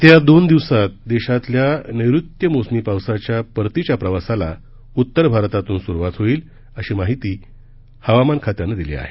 येत्या दोन दिवसांत देशातल्या नैऋत्य मोसमी पावसाच्या परतीच्या प्रवासाला उत्तर भारतातून सुरुवात होईल अशी माहिती हवामान खात्यानं दिली आहे